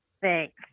Thanks